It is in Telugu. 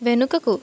వెనుకకు